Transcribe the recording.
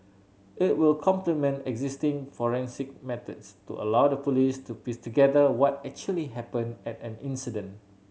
it will complement existing forensic methods to allow the Police to piece together what actually happened at an incident